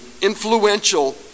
influential